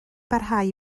barhau